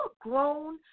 grown